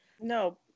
No